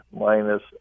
minus